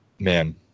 Man